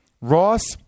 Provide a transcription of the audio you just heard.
ross